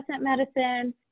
medicine